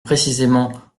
précisément